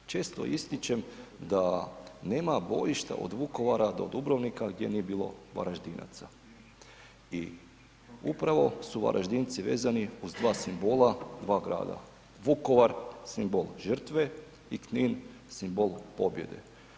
Često ističem da nema bojišta od Vukovara do Dubrovnika gdje nije Varaždinaca i upravo su Varaždinci vezani uz dva simbola dva grada, Vukovar, simbol žrtve i Knin, simbol pobjede.